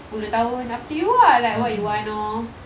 sepuluh tahun up to you ah like what you want lor